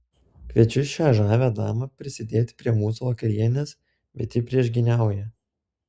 kviečiu šią žavią damą prisidėti prie mūsų vakarienės bet ji priešgyniauja